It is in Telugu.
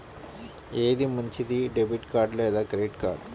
ఏది మంచిది, డెబిట్ కార్డ్ లేదా క్రెడిట్ కార్డ్?